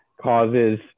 causes